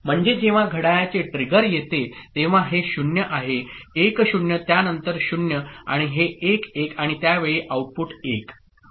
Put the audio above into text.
म्हणजे जेव्हा घड्याळाचे ट्रिगर येते तेव्हा हे 0 आहे 1 0 त्यानंतर 0 आणि हे 1 1 आणि त्यावेळी आउटपुट 1